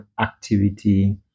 activity